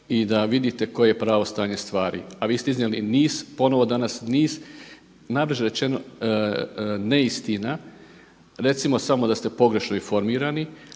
i da vidite koje je pravo stanje stvari a vi ste iznijeli niz, ponovo danas niz, najblaže rečeno neistina, recimo samo da ste pogrešno informirani